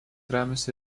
remiasi